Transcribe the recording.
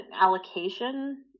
allocation